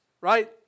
right